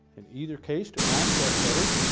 in either case, to access those,